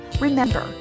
Remember